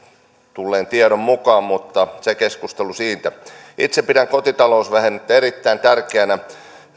tulleen tiedon mukaan mutta se siitä keskustelusta itse pidän kotitalousvähennystä erittäin tärkeänä